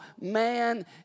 man